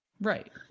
Right